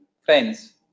friends